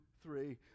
three